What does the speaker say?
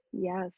Yes